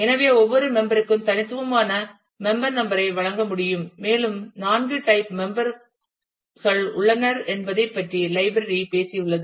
எனவே ஒவ்வொரு மெம்பர் க்கும் தனித்துவமான மெம்பர் நம்பர் ஐ வழங்க முடியும் மேலும் 4 டைப் மெம்பர் கள் உள்ளனர் என்பது பற்றி லைப்ரரி பேசியுள்ளது